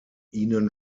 ihnen